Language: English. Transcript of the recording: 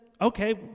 okay